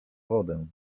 wodę